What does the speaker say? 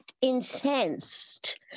incensed